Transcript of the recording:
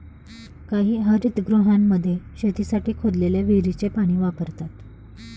काही हरितगृहांमध्ये शेतीसाठी खोदलेल्या विहिरीचे पाणी वापरतात